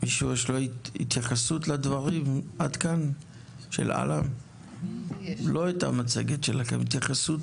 עם האסדרות האלה, והשוק יפרח.